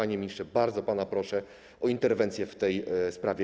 Panie ministrze, bardzo pana proszę o interwencję w tej sprawie.